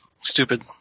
stupid